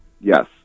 Yes